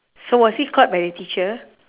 so was he caught by a teacher